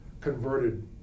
converted